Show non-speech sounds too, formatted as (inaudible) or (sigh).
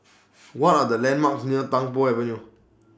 (noise) What Are The landmarks near Tung Po Avenue